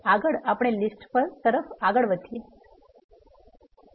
આગળ આપણે લીસ્ટ પર આગળ વધીએ